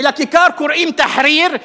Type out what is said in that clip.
ולכיכר קוראים "תחריר",